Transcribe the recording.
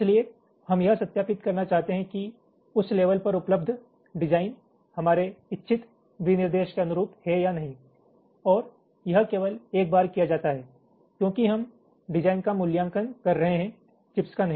इसलिए हम यह सत्यापित करना चाहते हैं कि उस लेवल पर उपलब्ध डिज़ाइन हमारे इच्छित विनिर्देश के अनुरूप है या नहीं और यह केवल एक बार किया जाता है क्योंकि हम डिज़ाइन का मूल्यांकन कर रहे हैं चिप्स का नहीं